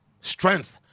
strength